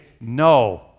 no